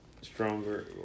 stronger